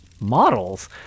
models